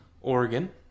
Oregon